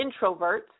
introverts